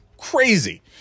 crazy